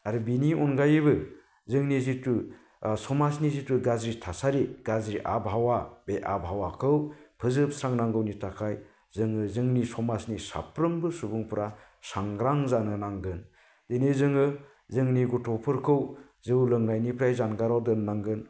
आरो बेनि अनगायैबो जोंनि जिथु समाजनि जिथु गाज्रि थासारि गाज्रि आबहावा बे आबहावाखौ फोजोबस्रांनांगौनि थाखाय जोङो जोंनि समाजनि साफ्रोमबो सुबुंफोरा सांग्रां जानो नांगोन दिनै जोङो जोंनि गथ'फोरखौ जौ लोंनायनिफ्राय जानगाराव दोननांगोन